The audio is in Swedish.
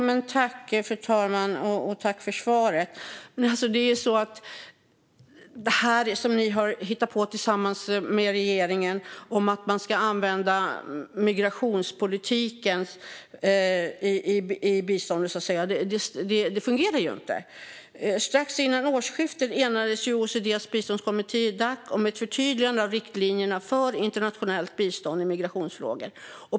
Fru talman! Jag tackar för svaret. Det som ni har hittat på tillsammans med regeringen om att man ska använda migrationspolitiken i biståndet, så att säga, fungerar inte. Strax före årsskiftet enades OECD:s biståndskommitté Dac om ett förtydligande av riktlinjerna för internationellt bistånd i migrationsfrågor.